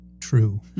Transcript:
true